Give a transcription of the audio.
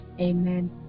Amen